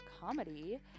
comedy